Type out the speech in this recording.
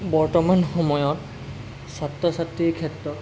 বৰ্তমান সময়ত ছাত্ৰ ছাত্ৰীৰ ক্ষেত্ৰত